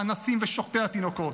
האנסים ושוחטי התינוקות,